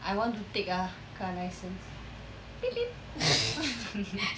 I want to take ah car license beep beep